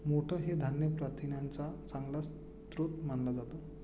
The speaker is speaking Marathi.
मोठ हे धान्य प्रथिनांचा चांगला स्रोत मानला जातो